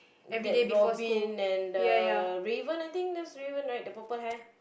that Robin and the Raven I think that's Raven right the purple hair